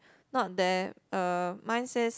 not there uh mine says